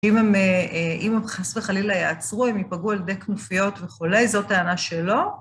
אם הם חס וחלילה ייעצרו, הם ייפגעו על ידי כנופיות וכו', זאת טענה שלו.